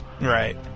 Right